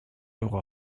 œuvre